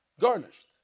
Garnished